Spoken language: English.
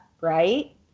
right